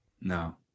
No